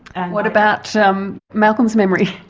and what about so um malcolm's memory?